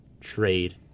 trade